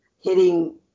hitting